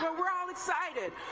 we're we're all excited!